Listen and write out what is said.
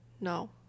No